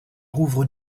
rouvre